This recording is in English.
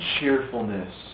Cheerfulness